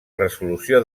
resolució